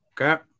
okay